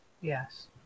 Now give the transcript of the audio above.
Yes